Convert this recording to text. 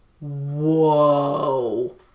whoa